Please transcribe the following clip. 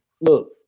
Look